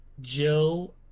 Jill